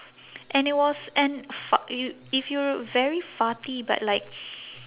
and it was and fuck i~ if you're very farty but like